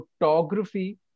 photography